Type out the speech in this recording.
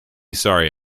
sorry